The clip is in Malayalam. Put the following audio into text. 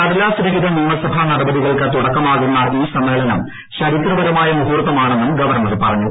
കടലാസ് രഹിത നിയമസഭാ നടപടികൾക്ക് തുടക്കമാകുന്ന ഈ സമ്മേളനം ചരിത്രപരമായ മുഹൂർത്ത്മാണെന്നും ഗവർണർ പറഞ്ഞു